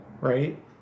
right